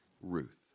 Ruth